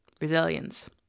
Resilience